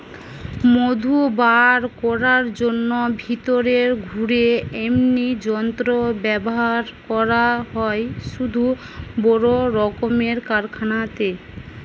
মধু বার কোরার জন্যে ভিতরে ঘুরে এমনি যন্ত্র ব্যাভার করা হয় শুধু বড় রক্মের কারখানাতে